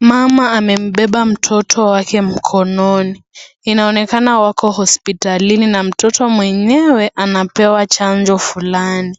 Mama amembeba mtoto wake mkononi, inaonekana wako hospitalini na mtoto mwenyewe, anapewa chanjo fulani.